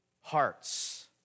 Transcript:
hearts